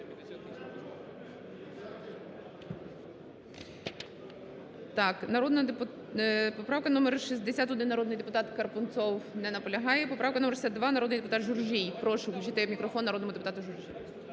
Поправка номер 61, народний депутат Карпунцов. Не наполягає. Поправка номер 62, народний депутат Журжій. Прошу включити мікрофон народному депутату Журжію.